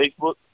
Facebook